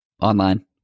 online